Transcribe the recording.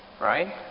right